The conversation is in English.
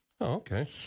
okay